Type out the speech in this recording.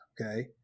okay